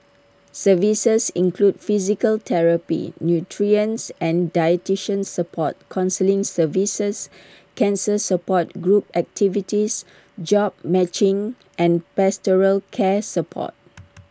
services include physical therapy nutrition and dietitian support counselling services cancer support group activities jobs matching and pastoral care support